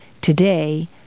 Today